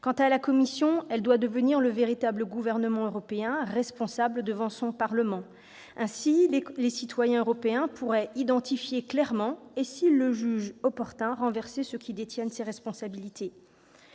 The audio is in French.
Quant à la Commission, elle doit devenir le véritable gouvernement européen, responsable devant son parlement. Ainsi, les citoyens européens pourraient identifier clairement et, s'ils le jugent opportun, renverser ceux qui détiennent les responsabilités.